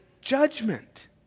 judgment